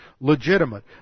legitimate